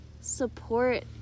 support